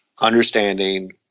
Understanding